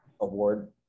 award